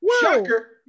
shocker